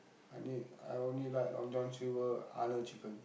I need I only like Long-John-Silver Arnold's-chicken